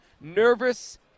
Nervous